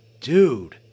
dude